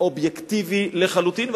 אובייקטיבי לחלוטין,